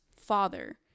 father